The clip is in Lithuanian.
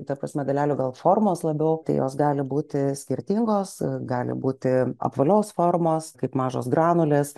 ta prasme dalelių gal formos labiau tai jos gali būti skirtingos gali būti apvalios formos kaip mažos granulės